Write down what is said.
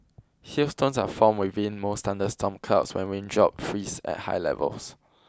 Hailstones are formed within most thunderstorm clouds when raindrops freeze at high levels